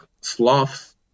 sloths